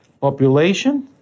population